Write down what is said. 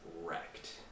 wrecked